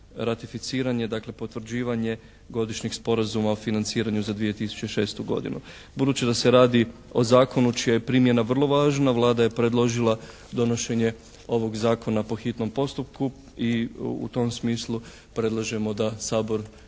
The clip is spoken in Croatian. ratificirane, dakle potvrđivanje Godišnjeg sporazuma o financiranju za 2006. godinu. Budući da se radi o zakonu čija je primjena vrlo važna Vlada je predložila donošenje ovog zakona po hitnom postupku i u tom smislu predlažemo da Sabor